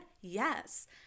yes